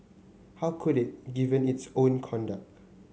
how could it given its own conduct